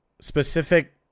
Specific